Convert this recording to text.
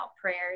prayers